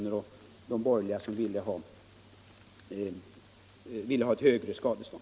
och de borgerligas förslag om högre belopp.